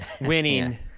Winning